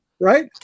right